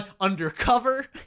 undercover